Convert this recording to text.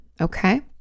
Okay